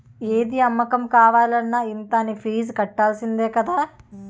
ఏది అమ్మకం కావాలన్న ఇంత అనీ ఫీజు కట్టాల్సిందే కదా